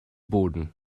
boden